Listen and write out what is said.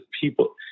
people